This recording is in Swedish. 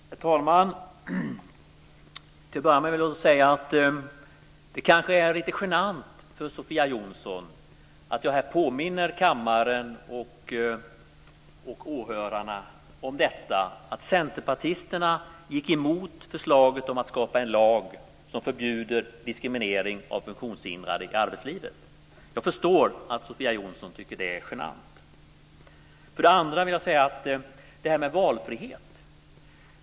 Herr talman! Till att börja med vill jag säga att det kanske är lite genant för Sofia Jonsson att jag här påminner kammaren och åhörarna om att centerpartisterna gick emot förslaget om att skapa en lag som förbjuder diskriminering av funktionshindrade i arbetslivet. Jag förstår att Sofia Jonsson tycker att det är genant. Sedan vill jag tala om valfriheten.